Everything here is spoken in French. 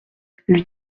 lui